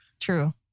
true